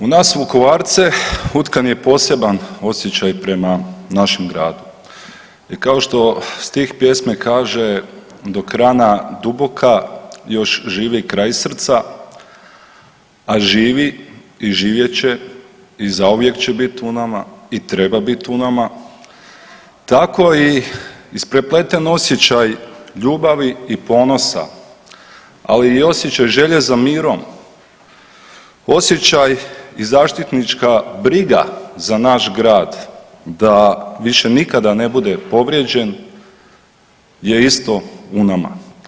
U nas Vukovarce utkan je poseban osjećaj prema našem gradu i kao što stih pjesme kaže dok rana duboka još živi kraj srca, a živi i živjet će i zauvijek će bit u nama i treba bit u nama, tako i isprepleten osjećaj ljubavi i ponosa, ali i osjećaj želje za mirom, osjećaj i zaštitnička briga za naš grad da više nikada ne bude povrijeđen je isto u nama.